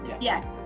yes